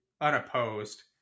unopposed